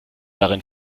darin